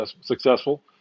successful